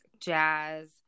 jazz